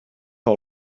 all